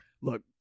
Look